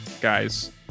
guys